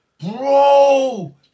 Bro